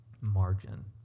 margin